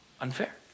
unfair